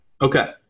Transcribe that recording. Okay